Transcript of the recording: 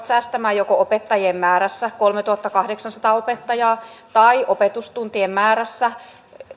säästämään joko opettajien määrässä kolmetuhattakahdeksansataa opettajaa tai opetustuntien määrässä